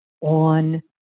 on